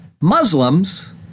Muslims